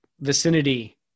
vicinity